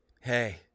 Hey